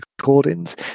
recordings